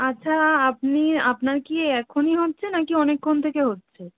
আচ্ছা আপনি আপনার কি এখনই হচ্ছে নাকি অনেকক্ষণ থেকে হচ্ছে